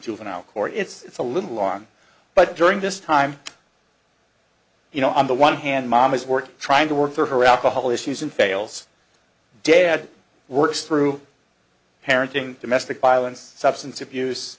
juvenile court it's a little long but during this time you know on the one hand mom is working trying to work through her alcohol issues and fails dad works through parenting domestic violence substance abuse